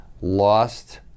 lost